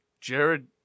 Jared